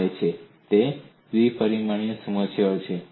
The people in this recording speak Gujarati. તે દ્વિ પરિમાણીય સમસ્યા છે